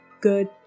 good